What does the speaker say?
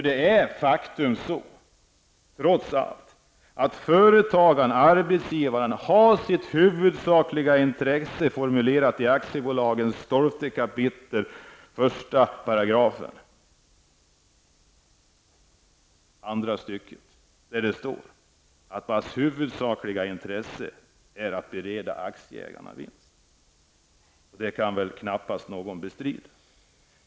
Det är trots allt så att arbetsgivaren har sitt huvudsakliga intresse formulerat i aktiebolagens 12 kap. 1 § andra stycket där det står att det huvudsakliga intresset är att bereda aktieägarna vinst. Det kan väl knappast någon bestrida.